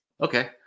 Okay